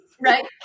right